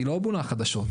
היא לא בונה חדשות,